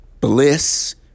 bliss